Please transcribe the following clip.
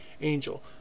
angel